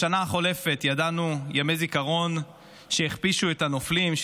בשנה החולפת ידענו ימי זיכרון שהכפישו את הנופלים,